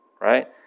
right